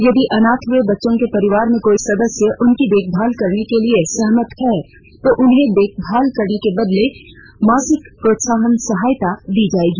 यदि अनाथ हए बच्चों के परिवार में कोई सदस्य उनकी देखभाल करने के लिए सहमत है तो उन्हें देखभाल करने के बदले मासिक प्रोत्साहन सहायता दी जाएगी